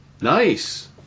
Nice